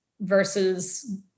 versus